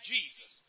Jesus